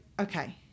Okay